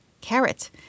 carrot